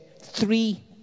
three